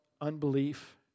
unbelief